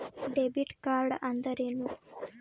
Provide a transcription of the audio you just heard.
Debit ಕಾರ್ಡ್ಅಂದರೇನು?